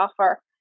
offer